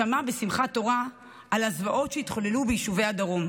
שמע בשמחת תורה על הזוועות שהתחוללו ביישובי הדרום.